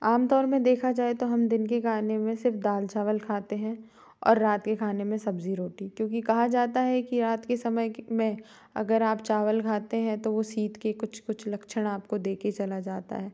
आमतौर में देखा जाए तो हम दिन के खाने में सिर्फ़ दाल चावल खाते हैं और रात के खाने में सब्ज़ी रोटी क्योंकि कहा जाता है कि रात के समय में अगर आप चावल खाते हैं तो वो शीत के कुछ कुछ लक्षण आपको दे कर चला जाता है